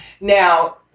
Now